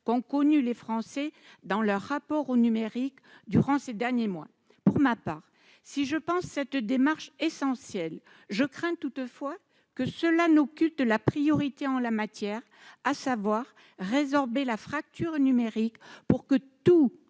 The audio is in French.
qu'ont connues les Français dans leur rapport au numérique durant ces derniers mois. Pour ma part, si je crois cette démarche essentielle, je crains toutefois qu'elle n'occulte la priorité en la matière, à savoir résorber la fracture numérique pour que tous